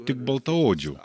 tik baltaodžių